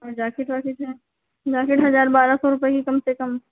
और जाकेट वाकेट है जाकेट हज़ार बारह सौ रुपये की कम से कम